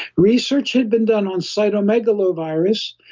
research had been done on cytomegalovirus,